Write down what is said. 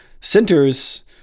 centers